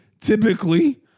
typically